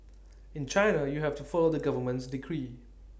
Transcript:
in China you have to follow the government's decree